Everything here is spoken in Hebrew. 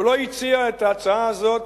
הוא לא הציע את ההצעה הזאת